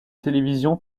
télévision